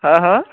হাঁ হাঁ